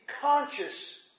conscious